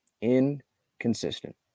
Inconsistent